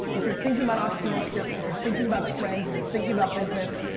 if you're thinking about entrepreneurship, if you're thinking about trends, if you're thinking about business,